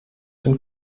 den